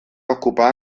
occupa